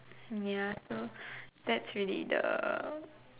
ya so that's really the